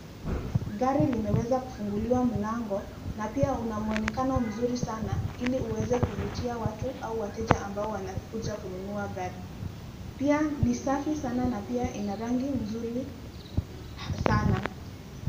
Gari limeweza kufunguliwa mlango, na pia una mwonekano mzuri sana, ili uweze kuvutia watu, au watu wanaokuja kununua gari. Pia, ni safi sana, na pia ina rangi nzuri sana.